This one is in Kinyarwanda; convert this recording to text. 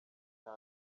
cya